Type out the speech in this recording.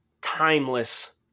timeless